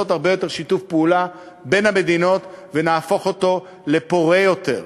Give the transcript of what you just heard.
הרבה יותר שיתוף פעולה בין המדינות ונהפוך אותו לפורה יותר.